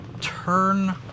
turn